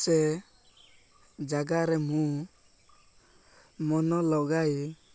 ସେ ଜାଗାରେ ମୁଁ ମନ ଲଗାଇ